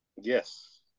Yes